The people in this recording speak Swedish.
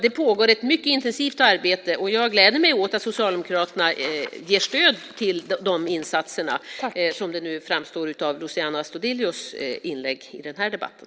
Det pågår ett mycket intensivt arbete. Jag gläder mig åt att socialdemokraterna ger stöd åt de insatserna så som nu framgår av Luciano Astudillos inlägg i den här debatten.